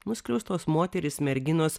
nuskriaustos moterys merginos